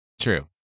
True